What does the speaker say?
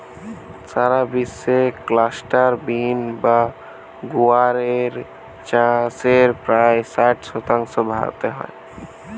সারা বিশ্বে cluster bean বা গুয়ার এর চাষের প্রায় ষাট শতাংশ ভারতে হয়